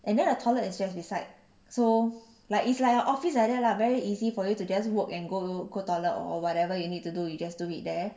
and then a toilet is just beside so like it's like a office edit lah very easy for you to just work and go go toilet or whatever you need to do you just do it there